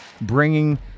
bringing